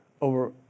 over